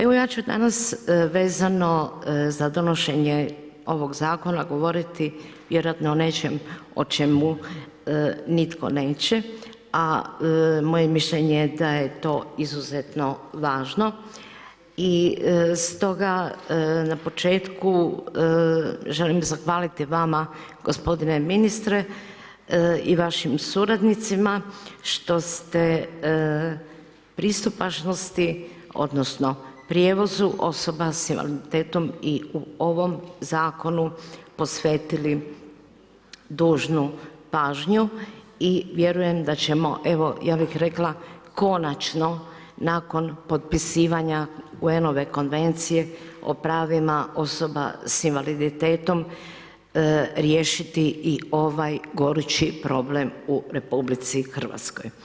Evo ja ću danas vezano za donošenje ovog Zakona govoriti vjerojatno o nečem o čemu nitko neće, a moje mišljenje je da je to izuzetno važno i stoga na početku želim zahvaliti vama, gospodine ministre i vašim suradnicima što ste pristupačnosti, odnosno prijevozu osoba s invaliditetom i u ovom zakonu posvetili dužnu pažnju i vjerujem da ćemo, evo, ja bih rekla konačno nakon potpisivanja UN-ove Konvencije o pravima osoba s invaliditetom riješiti i ovaj gorući problem u RH.